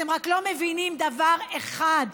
אתם רק לא מבינים דבר אחד: